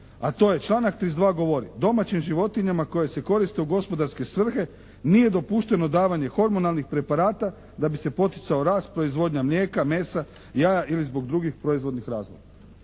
A to je, članak 32. govori: «Domaćim životinjama koje se koriste u gospodarske svrhe nije dopušteno davanje hormonalnih preparata da bi se poticao rast, proizvodnja mlijeka, mesa, jaja ili zbog drugih proizvodnih razloga.